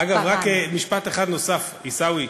אגב, רק משפט אחד נוסף, עיסאווי,